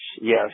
yes